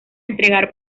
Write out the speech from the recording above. entregar